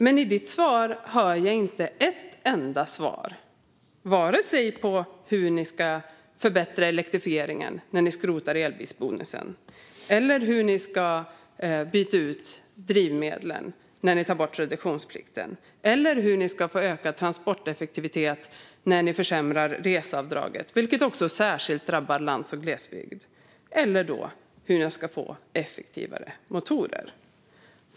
Ändå hör jag inte ett enda svar här, vare sig på hur ni ska förbättra elektrifieringen när ni skrotar elbilsbonusen, hur ni ska byta ut drivmedlen när ni tar bort reduktionsplikten, hur ni ska få ökad transporteffektivitet när ni försämrar reseavdraget - vilket särskilt drabbar lands och glesbygd - eller hur ni ska få effektivare motorer.